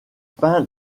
peint